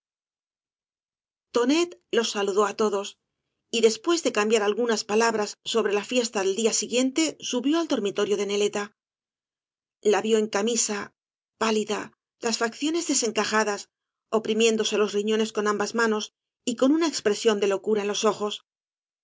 tonet los saludó á todos y después de cambiar algunas palabras sobre la fiesta del día siguiente subió al dormitorio de neleía la vio en camisa pálida las facciones desencajadas oprimiéndose los ríñones con ambas ma nos y con una expresión de locura en los ojos